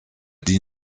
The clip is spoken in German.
die